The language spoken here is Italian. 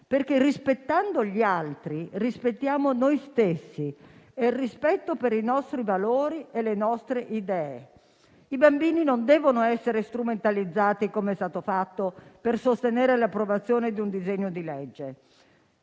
perché, rispettando gli altri, rispettiamo noi stessi, nonché il rispetto per i nostri valori e le nostre idee. I bambini non devono essere strumentalizzati come è stato fatto per sostenere l'approvazione di un disegno di legge.